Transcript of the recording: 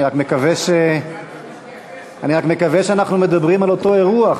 אני רק מקווה שאנחנו מדברים על אותו אירוע,